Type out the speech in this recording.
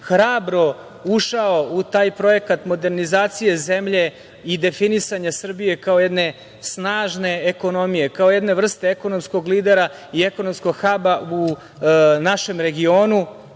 hrabro ušao u taj projekat modernizacije zemlje i definisanja Srbije kao jedne snažne ekonomije, kao jedne vrste ekonomskog lidera i ekonomskog haba u našem regionu,